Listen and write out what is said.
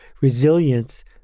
Resilience